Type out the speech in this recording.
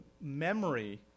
memory